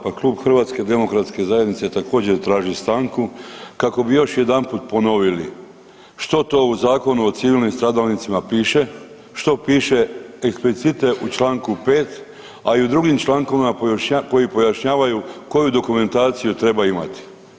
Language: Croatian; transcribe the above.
Pa klub HDZ-a također traži stanku kako bi još jedanput ponovili što to u Zakonu o civilnim stradalnicima piše, što piše eksplicite u čl. 5., a i u drugim člankovima koji pojašnjavaju koju dokumentaciju treba imati.